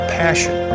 passion